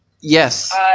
Yes